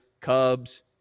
Cubs